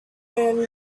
tell